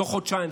תוך חודשיים,